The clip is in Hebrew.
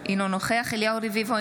אינו נוכח אליהו רביבו,